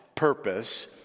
Purpose